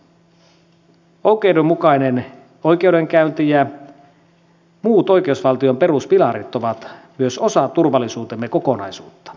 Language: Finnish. oikeudenmukainen oikeudenkäynti ja muut oikeusvaltion peruspilarit ovat myös osa turvallisuutemme kokonaisuutta